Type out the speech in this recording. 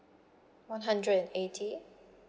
one hundred and eighty